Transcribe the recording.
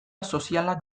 sozialak